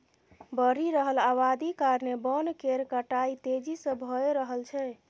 बढ़ि रहल अबादी कारणेँ बन केर कटाई तेजी से भए रहल छै